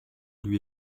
lui